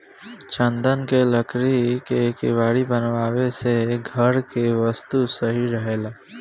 चन्दन के लकड़ी के केवाड़ी बनावे से घर के वस्तु सही रहेला